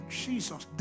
jesus